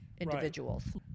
individuals